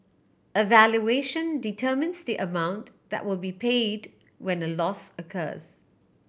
a valuation determines the amount that will be paid when a loss occurs